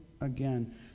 again